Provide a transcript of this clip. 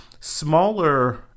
smaller